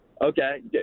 okay